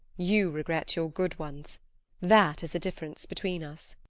you regret your good ones that is the difference between us.